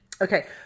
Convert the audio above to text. okay